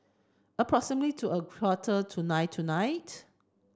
to a quarter to nine tonight